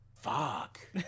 fuck